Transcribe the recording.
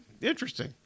interesting